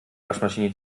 waschmaschine